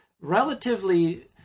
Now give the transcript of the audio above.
relatively